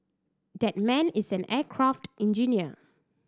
that man is an aircraft engineer